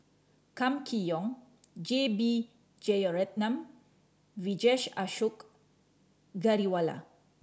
Kam Kee Yong J B Jeyaretnam Vijesh Ashok Ghariwala